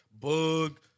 Bug